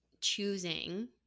choosing